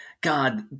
god